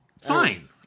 fine